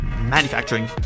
manufacturing